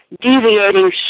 deviating